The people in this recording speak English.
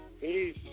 Peace